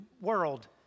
world